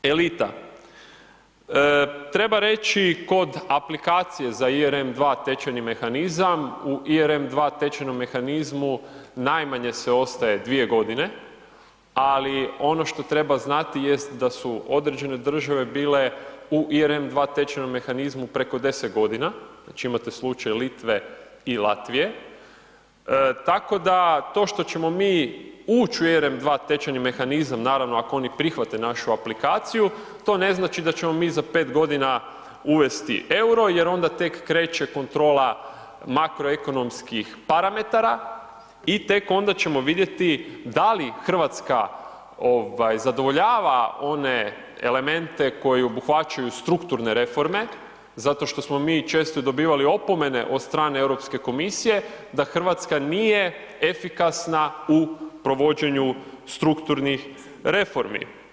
Treba reći kod aplikacije ERM 2 tečajni mehanizam, u ERM tečajnom mehanizmu najmanje se ostaje 2 g., ali ono što treba znati jest da su određene države bile u ERM 2 tečajnom mehanizmu preko 10 g., znači imate slučaj Litve i Latvije, tako da to što ćemo mi ući u ERM 2 tečajni mehanizam, naravno ako oni prihvate našu aplikaciju, to ne znači da ćemo mi za 5 g. uvesti euro jer onda tek kreće kontrola makroekonomskih parametara i tek onda ćemo vidjeti da li Hrvatska zadovoljava one elemente koji obuhvaćaju strukturne reforme zato što smo mi često dobivali opomene od strane Europske komisije da Hrvatska nije efikasna u provođenju strukturnih reformi.